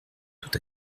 tout